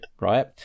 right